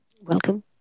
Welcome